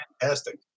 Fantastic